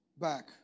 back